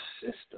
system